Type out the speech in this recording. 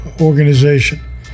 organization